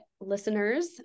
listeners